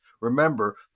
Remember